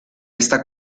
está